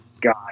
God